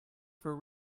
for